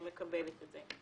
אני מקבלת את זה,